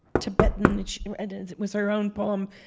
tibetan it you know and it was her own poem,